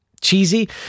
cheesy